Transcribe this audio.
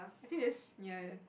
I think there's ya